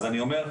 אז אני אומר,